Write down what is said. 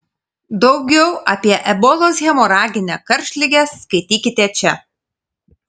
daugiau apie ebolos hemoraginę karštligę skaitykite čia